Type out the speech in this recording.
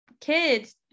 kids